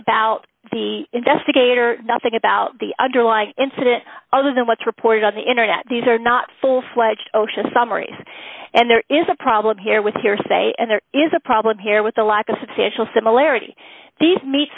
about the investigator nothing about the underlying incident other than what's reported on the internet these are not full fledged osha summaries and there is a problem here with hearsay and there is a problem here with the lack of substantial similarity these meat